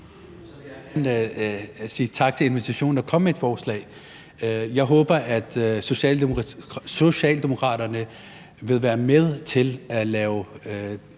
tak for invitationen og komme med et forslag. Jeg håber, at Socialdemokraterne vil være med til at lave